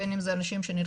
בין אם זה אנשים שנלחצים,